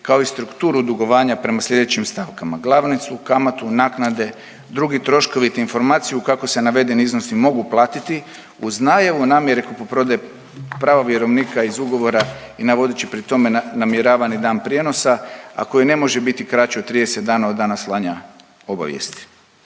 kao i strukturu dugovanja prema sljedećim stavkama: glavnicu, kamatu, naknade, drugi troškovi, te informaciju kako se navedeni iznosi mogu platiti uz najavu namjere kupoprodaje prava vjerovnika iz ugovora i navodeći pri tome namjeravani dan prijenosa a koji ne može biti kraći od 30 dana od dana slanja obavijesti.